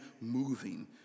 moving